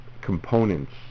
components